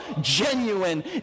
genuine